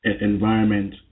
environment